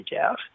out